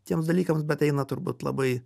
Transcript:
tiems dalykams bet eina turbūt labai